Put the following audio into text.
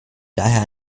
daher